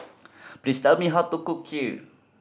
please tell me how to cook Kheer